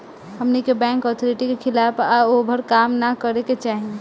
हमनी के bank authority के खिलाफ या ओभर काम न करे के चाही